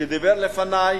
שדיבר לפני,